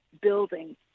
building